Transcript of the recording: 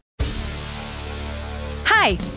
Hi